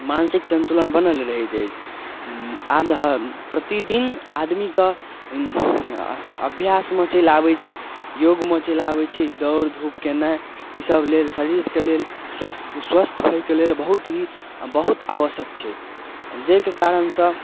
मानसिक संतुलन बनल रहैत अछि आध प्रतिदिन आदमीके अभ्यासमे चलि आबै छै योगमे चलि आबै छै ई दौड़ धूप केनाइ इसब लेल शरीरके लेल स्वस्थ होइके लेल बहुत ही बहुत आवश्यक छै जाहिके कारण सऽ